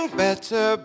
better